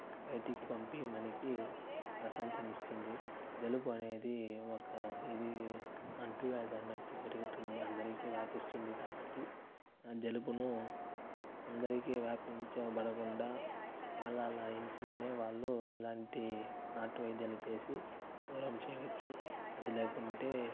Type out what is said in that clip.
బయటికి పంపి మనకి ప్రశాంతనిస్తుంది జలుబు అనేది ఒక ఇది అంటు వ్యాధి అన్నట్టు జరుగుతుంది అందరికీ వ్యాపిస్తుంది కాబట్టి ఆ జలుబును అందరికీ వ్యాపించబడకుండా వాళ్ల వాళ్ల ఇంటిలోనే వాళ్లు ఇలాంటి నాటు వైద్యాలు చేసి దూరం చేయవచ్చు అది లేకుంటే